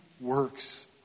works